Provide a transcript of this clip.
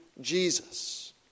Jesus